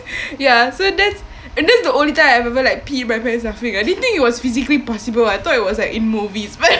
ya so that's and that's the only time I ever like peed my pants laughing I didn't think it was physically possible I thought it was like in movies but